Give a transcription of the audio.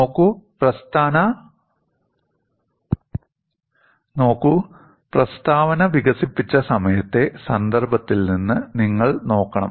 നോക്കൂ പ്രസ്താവന വികസിപ്പിച്ച സമയത്തെ സന്ദർഭത്തിൽ നിന്ന് നിങ്ങൾ നോക്കണം